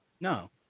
no